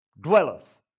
dwelleth